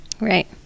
Right